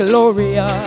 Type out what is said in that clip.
Gloria